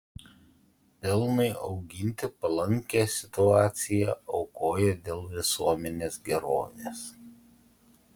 pelnui auginti palankią situaciją aukoja dėl visuomenės gerovės